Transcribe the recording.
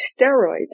steroids